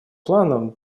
планом